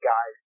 Guys